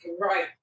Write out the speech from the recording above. right